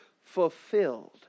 fulfilled